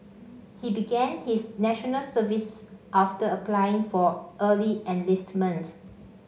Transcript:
he began his National Service after applying for early enlistment